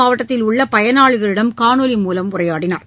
மாவட்டத்தில் உள்ள பயனாளிகளிடம் காணொலி மூலம் உரையாடினார்